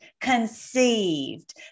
conceived